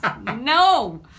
No